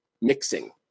mixing